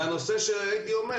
והייתי אומר